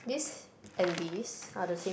this and this are the same